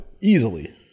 Easily